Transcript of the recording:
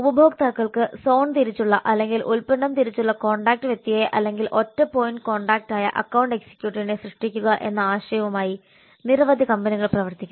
ഉപഭോക്താക്കൾക്ക് സോൺ തിരിച്ചുള്ള അല്ലെങ്കിൽ ഉൽപ്പന്നം തിരിച്ചുള്ള കോൺടാക്റ്റ് വ്യക്തിയെ അല്ലെങ്കിൽ ഒറ്റ പോയിന്റ് കോൺടാക്റ്റായ അക്കൌണ്ട് എക്സിക്യൂട്ടീവിനെ സൃഷ്ടിക്കുക എന്ന ആശയവുമായി നിരവധി കമ്പനികൾ പ്രവർത്തിക്കുന്നു